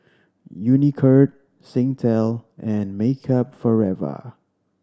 Unicurd Singtel and Makeup Forever